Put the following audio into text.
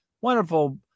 wonderful